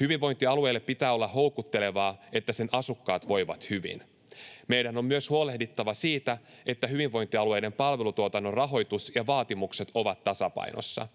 Hyvinvointialueille pitää olla houkuttelevaa, että niiden asukkaat voivat hyvin. Meidän on myös huolehdittava siitä, että hyvinvointialueiden palvelutuotannon rahoitus ja vaatimukset ovat tasapainossa.